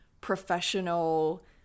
professional